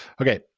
okay